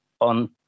on